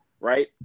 Right